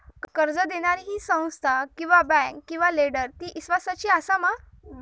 कर्ज दिणारी ही संस्था किवा बँक किवा लेंडर ती इस्वासाची आसा मा?